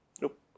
Nope